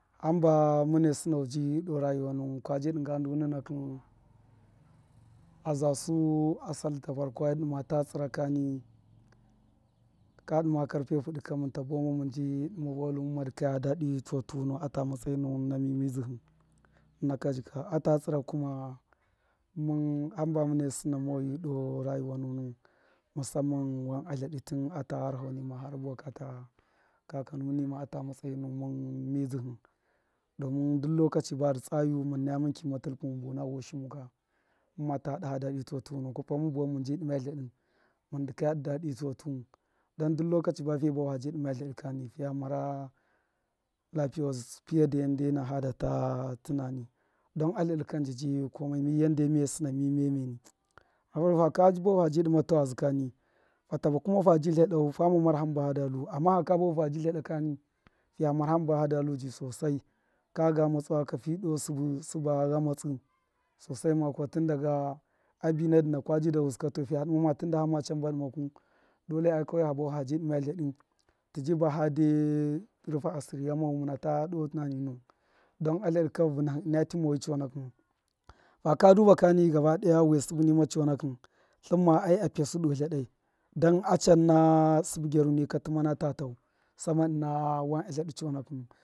Hamba muṫne sṫnau ji doo rayuwa nuwṫn kwaji dṫnga nu nuna kṫn a zasa sal ta vṫna hai dtu za tata chṫbai kanṫ ka dṫma karfe fṫdṫli munta bawan ma mun bṫ dima boll u ka muma daha piyatu a ta matsayi muwṫn na kuma hamba mṫne sṫna ji a tladṫ ka tsa yuk a munta kṫma tṫlpṫ, hamba mune sṫna moyu doo rayuwa musamman ja tladṫ ata matsayi muwṫn na mizdṫhṫ domin duk lokachi badṫ tsa yum un kima tilpṫ mun buna voshimu ka mumma daha pṫyatu don duk lokachi ba fiya bahu fabi dṫme tladṫ kani fiya mara lapiye wale fiye da yande na hada ta tsammani don atladṫ ka nji ji komai mi yande miye sṫna mi miyamiyeni, faka dṫma tawazṫ ka faba tladṫ mau fama marau amah aka tlada kani fiya mara hamba hada lu sosai kaga matsawa ka fi doo sṫbṫ sṫba ghamatsṫ sosai ma kuwa tundaga abi na dṫna ka busṫ kanṫ fiya dṫma ma tunda hama hṫmba dṫma ku dole ai kawai ha bahu fabi dṫma tladṫ tṫ jib a hade rṫfa asiri ghama fu doo tinami nuwṫn don a tladṫ ka vṫnadhṫ ṫna ti moyi chona kṫnu faka duba ka wiya sṫbṫ nima chonakṫn tlṫmma a pṫya su doo tladai dan a chan na sṫbṫ gyaruni ka tṫmana ta tau sama ṫna wan atladṫ chonakṫ nu.